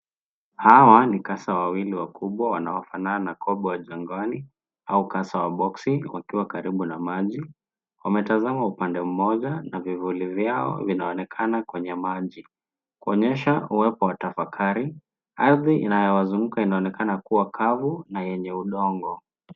Hawa ni kasa wawili wakubwa wanaofanana na kobe wa jangwani, au kasa wa boksi wakiwa karibu na maji. Wametazama upande mmoja, na vivuli vyao, vinaonekana kwenye maji. Kuonyesha uwepo wa tafakari. Ardhi inayowazunguka inaonekana kuwa kavu na yenye udongo.